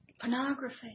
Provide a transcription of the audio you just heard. Pornography